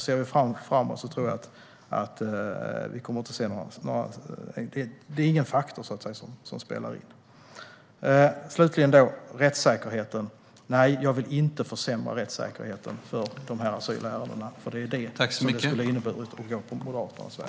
Ser vi framåt är det nog inte någon faktor som kommer att spela in. Slutligen när det gäller rättssäkerheten vill jag inte försämra den i dessa asylärenden. Det är vad det hade inneburit om vi hade gått Moderaternas väg.